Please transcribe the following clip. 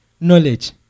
knowledge